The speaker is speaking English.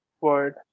word